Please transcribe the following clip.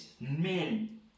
men